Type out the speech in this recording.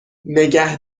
نگه